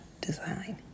design